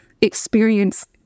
experience